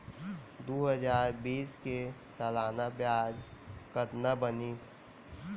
दू हजार बीस के सालाना ब्याज कतना बनिस?